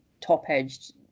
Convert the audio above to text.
top-edged